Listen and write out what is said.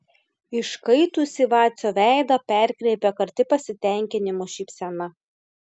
iškaitusį vacio veidą perkreipia karti pasitenkinimo šypsena